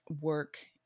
work